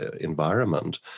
environment